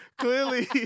clearly